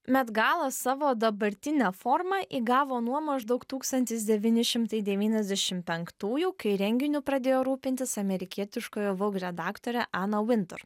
met gala savo dabartinę formą įgavo nuo maždaug tūkstantis devyni šimtai devyniasdešim penktųjų kai renginiu pradėjo rūpintis amerikietiškojo vaug redaktorė ana vintur